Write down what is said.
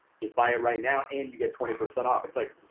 just buy it right now. and you get twenty percent off. it's like,